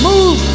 Move